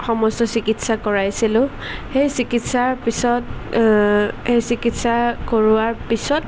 সমস্ত চিকিৎসা কৰাইছিলোঁ সেই চিকিৎসাৰ পিছত সেই চিকিৎসা কৰোৱাৰ পিছত